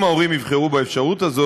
אם ההורים יבחרו באפשרות הזאת,